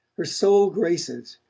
her sole graces,